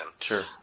Sure